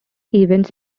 events